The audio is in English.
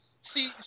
see